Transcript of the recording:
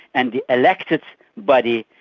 and the elected body,